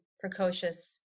precocious